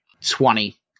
Twenty